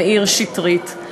מאיר שטרית.